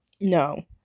No